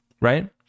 right